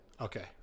Okay